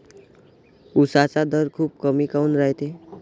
उसाचा दर खूप कमी काऊन रायते?